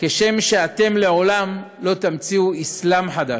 כשם שאתם לעולם לא תמציאו אסלאם חדש.